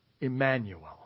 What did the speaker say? Emmanuel